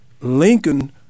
Lincoln